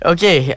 Okay